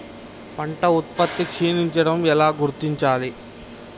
పంట ఉత్పత్తి క్షీణించడం ఎలా గుర్తించాలి?